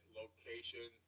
location